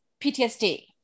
PTSD